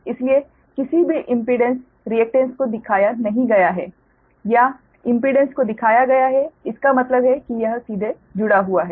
इसलिए किसी भी इम्पीडेंस रिएकटेन्स को दिखाया नहीं गया है या इम्पीडेंस को दिखाया गया है इसका मतलब है कि यह सीधे जुड़ा हुआ है